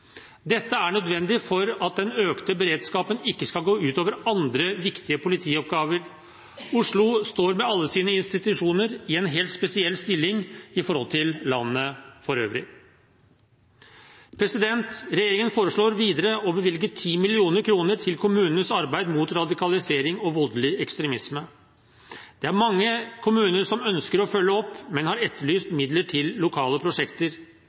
Dette er nødvendig for at den økte beredskapen ikke skal gå ut over andre viktige politioppgaver. Oslo står med alle sine institusjoner i en helt spesiell stilling i forhold til landet for øvrig. Regjeringen foreslår videre å bevilge 10 mill. kr til kommunenes arbeid mot radikalisering og voldelig ekstremisme. Det er mange kommuner som ønsker å følge opp, men har etterlyst midler til lokale prosjekter.